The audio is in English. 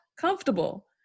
comfortable